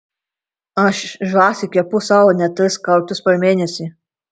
aš žąsį kepu sau net tris kartus per mėnesį